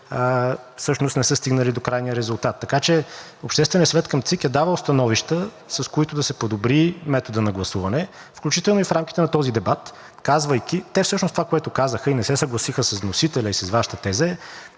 всъщност не са стигнали до крайния резултат. Общественият съвет към ЦИК е давал становища, с които да се подобри методът на гласуване, включително и в рамките на този дебат, казвайки… Всъщност това, което казаха и не се съгласиха с вносителя и с Вашата теза,